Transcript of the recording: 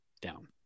down